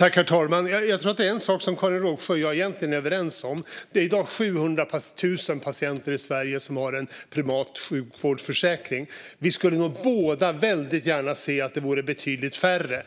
Herr talman! Det är en sak som Karin Rågsjö och jag egentligen är överens om. Det är i dag 700 000 patienter i Sverige som har en privat sjukvårdsförsäkring. Vi skulle nog båda väldigt gärna se att vore betydligt färre.